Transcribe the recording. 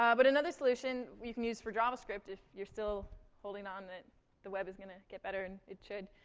um but another solution you can use for javascript, if you're still holding on that the web is gonna get better, and it should,